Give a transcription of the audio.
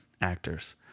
actors